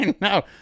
No